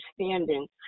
understanding